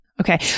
Okay